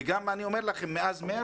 אני אומר לכם שמאז מרץ,